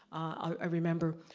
i remember,